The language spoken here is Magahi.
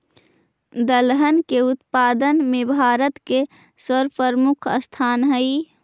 दलहन के उत्पादन में भारत के सर्वप्रमुख स्थान हइ